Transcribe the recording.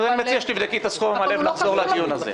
אני מציע שתבדקי את הסכום המלא ונחזור לדיון הזה.